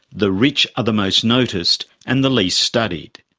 the rich are the most noticed and the least studied.